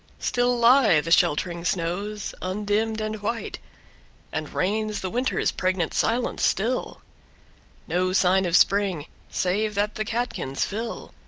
still lie the sheltering snows, undimmed and white and reigns the winter's pregnant silence still no sign of spring, save that the catkins fill,